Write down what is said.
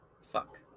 fuck